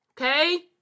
Okay